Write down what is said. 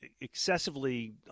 excessively